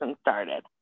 started